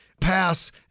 pass